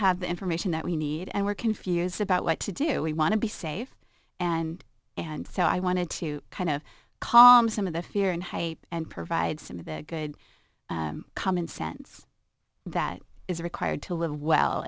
have the information that we need and we're confused about what to do we want to be safe and and so i wanted to kind of calm some of the fear and hype and provide some of the good common sense that is required to live well